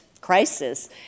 crisis